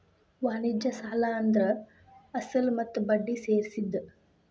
ವಾಣಿಜ್ಯ ಸಾಲ ಅಂದ್ರ ಅಸಲ ಮತ್ತ ಬಡ್ಡಿ ಸೇರ್ಸಿದ್